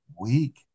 week